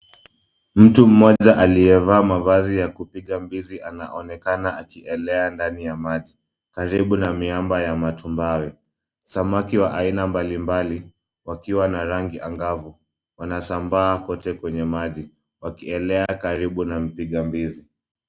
Mtu mmoja aliyevaa mavazi ya kupiga mbizi, anaonekana akielea ndani ya maji , karibu na miamba ya matumbawe. Samaki wa aina mbalimbali wakiwa na rangi angavu, wanasambaa kote kwenye maji, wakielea karibu na mpiga mbizi.